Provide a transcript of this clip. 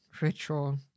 Ritual